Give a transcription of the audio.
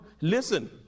listen